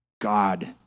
God